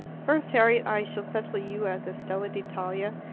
first, harriet, i shall settle you at the stella d'italia,